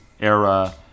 era